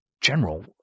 general